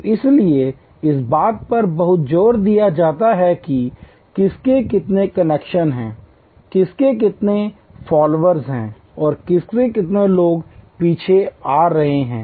तो इसीलिए इस बात पर बहुत जोर दिया जाता है कि किसके कितने कनेक्शन हैं किसके कितने फॉलोअर्स हैं और कितने लोग आपके पीछे आ रहे हैं